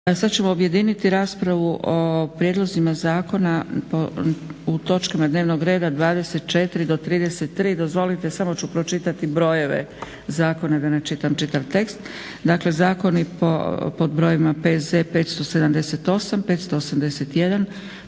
Sad ćemo objediniti raspravu o prijedlozima zakona u točkama dnevnog reda 24. do 33. Dozvolite samo ću pročitati brojeve zakona da ne čitam čitav tekst. Dakle, zakoni pod brojevima P.Z. br.578, 581,